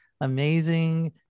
amazing